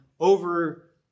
over